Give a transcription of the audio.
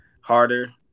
harder –